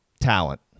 talent